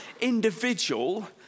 individual